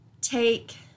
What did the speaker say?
take